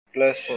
Plus